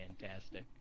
fantastic